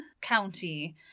County